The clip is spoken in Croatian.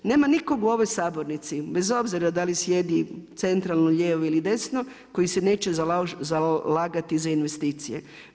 Nema nikog u ovoj sabornici bez obzira da li sjedi centralno, lijevo ili desno koji se neće zalagati za investicije.